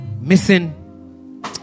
missing